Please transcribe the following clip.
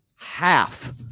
half